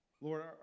Lord